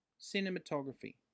cinematography